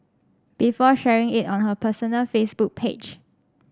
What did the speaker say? before sharing it on her personal Facebook page